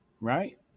Right